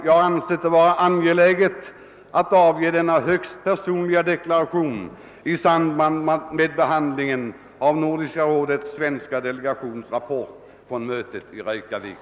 Jag har ansett det vara angeläget att avge denna högst personliga deklaration i samband med behandlingen åv Nordiska rådets svenska delegations rapport från mötet i Reykjavik.